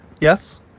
yes